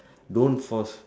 don't force